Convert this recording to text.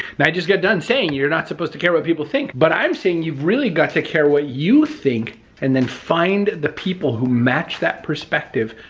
and i just got done saying you're not supposed to care what people think, but i'm saying you've really got to care what you think and then find the people who match that perspective,